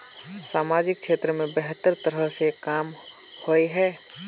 सामाजिक क्षेत्र में बेहतर तरह के काम होय है?